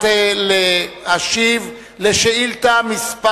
להשיב על שאילתא מס'